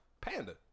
panda